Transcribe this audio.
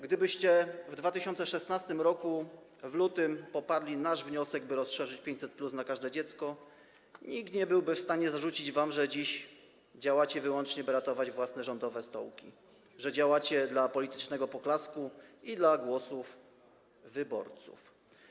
Gdybyście w 2016 r., w lutym, poparli nasz wniosek, by rozszerzyć program 500+ na każde dziecko, nikt nie byłby w stanie zarzucić wam, że dziś działacie wyłącznie po to, by ratować własne rządowe stołki, że działacie dla politycznego poklasku i dla głosów wyborców.